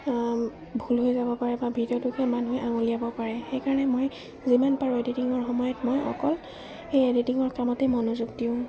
ভুল হৈ যাব পাৰে বা ভিডিঅ'টোকে মানুহে আঙুলিয়াব পাৰে সেইকাৰণে মই যিমান পাৰোঁ এডিটিঙৰ সময়ত মই অকল সেই এডিটিঙৰ কামতে মনোযোগ দিওঁ